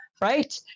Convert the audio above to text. right